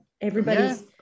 Everybody's